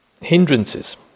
hindrances